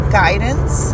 guidance